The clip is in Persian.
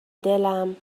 دلم